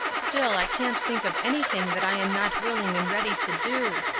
still, i can't think of anything that i am not willing and ready to do.